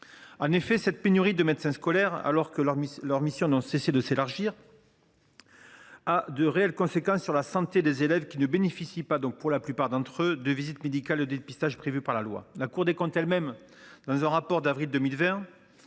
En effet, la pénurie de médecins scolaires, alors même que les missions de ces derniers n’ont cessé de s’élargir, a de réelles conséquences sur la santé des élèves, qui ne bénéficient pas, pour la plupart d’entre eux, des visites médicales et dépistages prévus par la loi. La Cour des comptes elle même relevait dans un rapport d’avril 2020